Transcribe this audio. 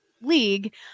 league